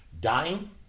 Dying